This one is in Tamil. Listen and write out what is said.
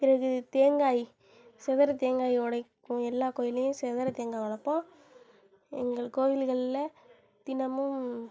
பிறகு தேங்காய் சிதறு தேங்காய் உடைப்போம் எல்லா கோயில்லேயும் சிதறு தேங்காய் உடைப்போம் எங்கள் கோயில்களில் தினமும்